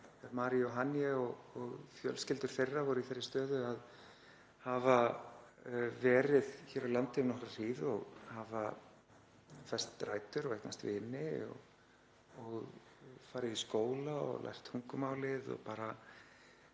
Mary og Haniye og fjölskyldur þeirra voru í þeirri stöðu að hafa verið hér á landi um nokkra hríð og fest rætur og eignast vini og farið í skóla og lært tungumálið og bara